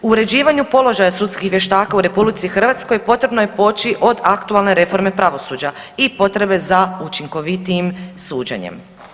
U uređivanju položaja sudskih vještaka u RH potrebno je poći od aktualne reforme pravosuđa i potrebe za učinkovitijim suđenjem.